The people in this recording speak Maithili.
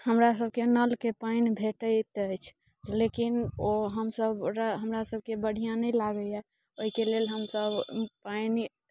हमरासभके नलके पानि भेटैत अछि लेकिन ओ हमसभ हमरासभके बढ़िआँ नहि लागैए ओहिके लेल हमसभ पानि